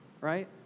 right